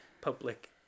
public